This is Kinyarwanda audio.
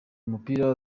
umupira